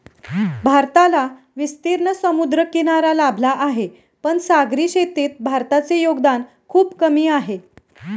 भारताला विस्तीर्ण समुद्रकिनारा लाभला आहे, पण सागरी शेतीत भारताचे योगदान खूप कमी आहे